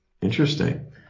Interesting